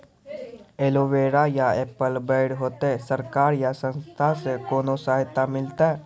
Aloe vera या apple बैर होते? सरकार या संस्था से कोनो सहायता मिलते?